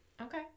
okay